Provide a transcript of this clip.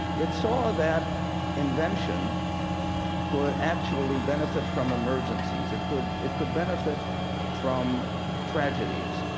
it saw that invention could actually benefit from emergencies. it could it could benefit from tragedies.